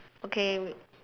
okay